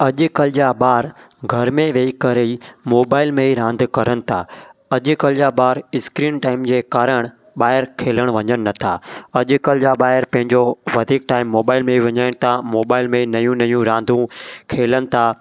अॼुकल्ह जा ॿार घर में वेही करे ई मोबाइल में रांदि कनि था अॼुकल्ह जा ॿार स्क्रीनटाइम जे कारणु ॿाहिरि खेॾणु वञनि नथा अॼुकल्ह जा ॿार पंहिंजो वधीक टाइम मोबाइल में ई विञाइण था मोबाइल में ई नयूं नयूं रांदू खेॾनि था